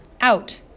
Out